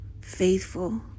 faithful